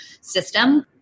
system